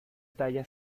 talla